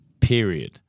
Period